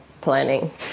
planning